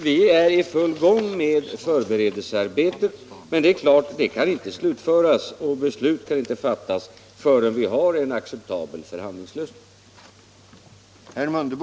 Vi är i full gång med förberedelsearbetet, men det är klart att det inte kan slutföras och att beslut inte kan fattas förrän vi har en acceptabel förhandlingslösning.